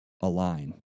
align